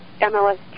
MLS